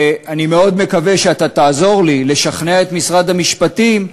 אני מאוד מקווה שאתה תעזור לי לשכנע את משרד המשפטים,